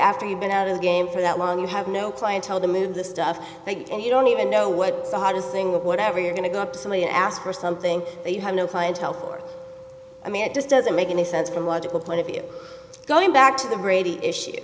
after you've been out of the game for that long you have no clientele to move the stuff and you don't even know what the hardest thing whatever you're going to go up to somebody ask for something you have no clientele for i mean it just doesn't make any sense from a logical point of view going back to the brady issue